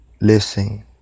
listen